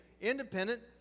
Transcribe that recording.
independent